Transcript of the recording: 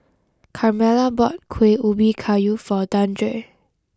Carmella bought Kuih Ubi Kayu for Dandre